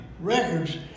records